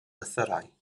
lythyrau